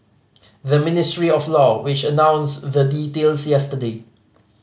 the Ministry of Law which announced the details yesterday